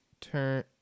turn